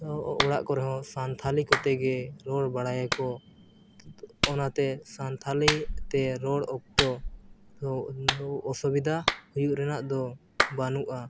ᱚᱲᱟᱜ ᱠᱚᱨᱮ ᱦᱚᱸ ᱥᱟᱱᱛᱟᱲ ᱠᱚᱛᱮ ᱜᱮ ᱨᱚᱲ ᱵᱟᱲᱟᱭᱟᱠᱚ ᱚᱱᱟᱛᱮ ᱥᱟᱱᱛᱟᱲᱤ ᱛᱮ ᱨᱚᱲ ᱚᱠᱛᱚ ᱚᱥᱩᱵᱤᱫᱷᱟ ᱦᱩᱭᱩᱜ ᱨᱮᱱᱟᱜ ᱫᱚ ᱵᱟᱹᱱᱩᱜᱼᱟ